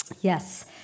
Yes